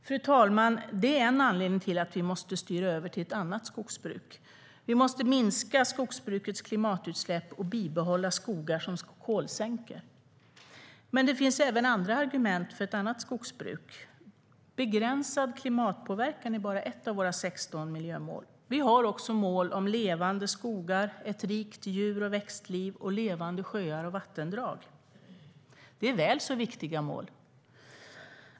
Fru talman! Det är en anledning till att vi måste styra över till ett annat skogsbruk. Vi måste minska skogsbrukets klimatutsläpp och bibehålla skogar som kolsänkor. Det finns även andra argument för ett annat skogsbruk. Begränsad klimatpåverkan är bara ett av våra 16 miljömål. Vi har också mål om levande skogar, ett rikt djur och växtliv och levande sjöar och vattendrag. Det är väl så viktiga mål.